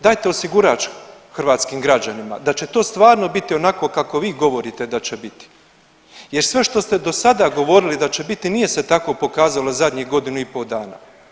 Dajte osigurač hrvatskim građanima da će to stvarno biti onako kako vi govorite da će biti jer sve što ste dosada govorili da će biti nije se tako pokazalo zadnjih godinu i po dana.